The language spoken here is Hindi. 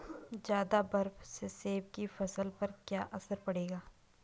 ज़्यादा बर्फ से सेब की फसल पर क्या असर पड़ेगा?